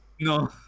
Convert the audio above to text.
No